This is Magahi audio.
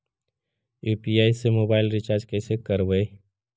यु.पी.आई से मोबाईल रिचार्ज कैसे करबइ?